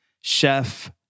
chef